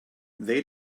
they